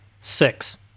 six